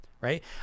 right